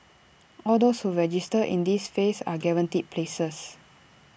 all those who register in this phase are guaranteed places